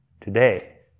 today